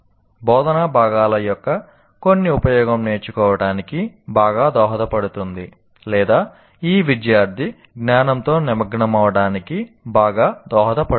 బోధనా భాగాల యొక్క కొన్ని ఉపయోగం నేర్చుకోవటానికి బాగా దోహదపడుతుంది లేదా ఈ విద్యార్థి జ్ఞానంతో నిమగ్నమవ్వడానికి బాగా దోహదపడుతుంది